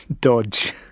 Dodge